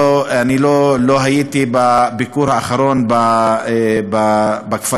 אני לא הייתי בביקור האחרון בכפרים